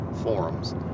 forums